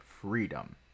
freedom